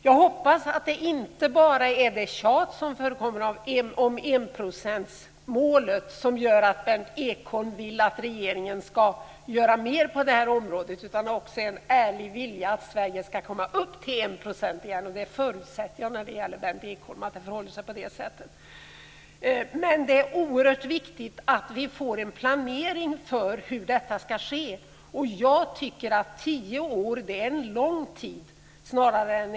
Jag hoppas att det inte bara är det tjat som förekommer om enprocentsmålet som gör att Berndt Ekholm vill att regeringen ska göra mer på det här området, utan att han också har en ärlig vilja att Sverige ska komma upp till 1 %. Jag förutsätter att det förhåller sig på det sättet med Berndt Ekholm. Det är oerhört viktigt att det görs en planering för hur detta ska gå ske. Jag tycker att tio år är en lång tid.